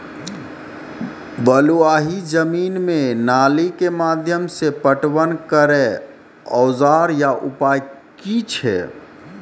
बलूआही जमीन मे नाली के माध्यम से पटवन करै औजार या उपाय की छै?